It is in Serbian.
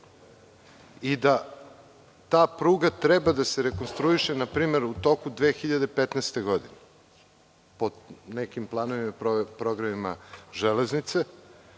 5, da ta pruga treba da se rekonstruiše npr. u toku 2015. godine po nekim planovima i programima Železnice